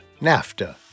NAFTA